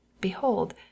behold